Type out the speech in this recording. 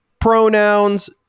pronouns